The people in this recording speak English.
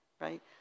right